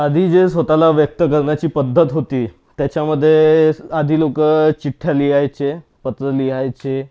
आधी जे स्वत ला व्यक्त करण्याची पद्धत होती त्याच्यामध्ये आधी लोकं चिठ्ठ्या लिहायचे पत्र लिहायचे